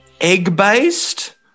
Egg-based